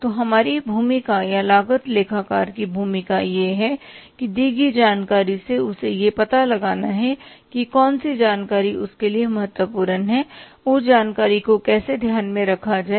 तो हमारी भूमिका या लागत लेखा कार की भूमिका यह है कि दी गई जानकारी से उसे यह पता लगाना है कि कौन सी जानकारी उसके लिए महत्वपूर्ण है और उस जानकारी को कैसे ध्यान में रखा जाए